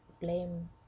blame